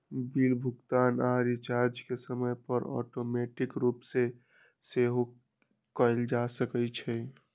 bill भुगतान आऽ recharge के समय पर ऑटोमेटिक रूप से सेहो कएल जा सकै छइ